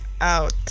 out